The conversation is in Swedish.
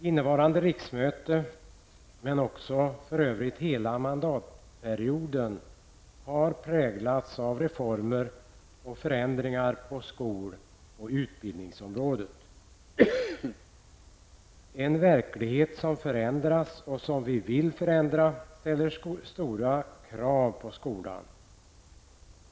Innevarande riksmöte men för övrigt också hela mandatperioden har präglats av reformer och förändringar på skol och utbildningsområdet. En verklighet som förändras, och som vi vill förändra, ställer stora krav på skolan.